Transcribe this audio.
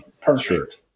Perfect